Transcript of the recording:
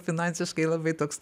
finansiškai labai toks